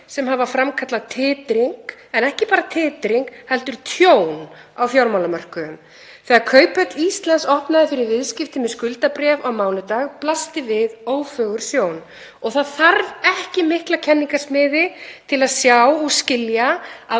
það þarf ekki mikla kenningasmiði til að sjá og skilja að